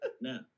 No